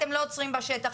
אתם לא עוצרים בשטח.